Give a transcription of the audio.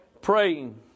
praying